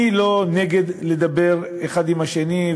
אני לא נגד לדבר אחד עם השני,